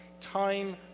time